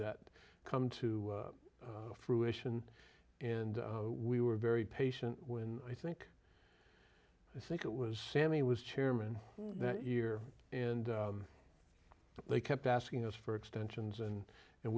that come to fruition and we were very patient when i think i think it was sammy was chairman that year and they kept asking us for extensions and and